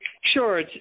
Sure